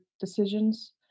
decisions